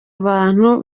abantu